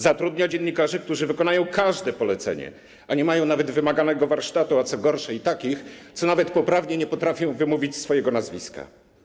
Zatrudnia dziennikarzy, którzy wykonają każde polecenie, a nie mają nawet wymaganego warsztatu, i - co gorsze - takich, co nawet poprawnie nie potrafią wymówić swojego nazwiska.